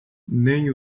nem